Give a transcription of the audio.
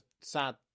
sad